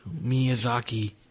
Miyazaki